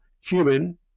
human